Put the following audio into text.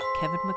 Kevin